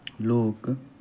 लोक